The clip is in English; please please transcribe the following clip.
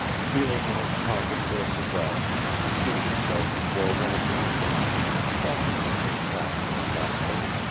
feeling in his pocket for a cigar he seated himself before one of the windows and proffered it to the factor from lac bain.